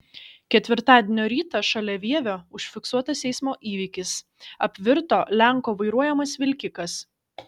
ketvirtadienio rytą šalia vievio užfiksuotas eismo įvykis apvirto lenko vairuojamas vilkikas